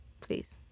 please